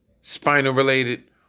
spinal-related